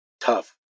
tough